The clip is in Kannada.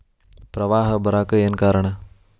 ಪ್ರವಾಹ ಬರಾಕ್ ಏನ್ ಕಾರಣ?